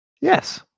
Yes